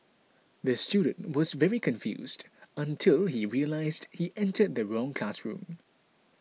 the student was very confused until he realised he entered the wrong classroom